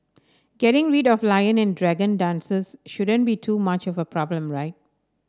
getting rid of lion and dragon dances shouldn't be too much of a problem right